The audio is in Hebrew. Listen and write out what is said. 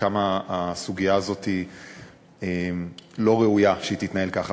וכמה הסוגיה הזאת לא ראוי שהיא תתנהל ככה,